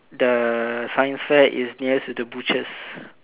the science fair is nearest to the butchers